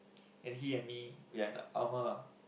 and he and me we are in the armour